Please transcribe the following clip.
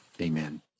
Amen